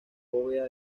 bóveda